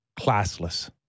Classless